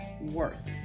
worth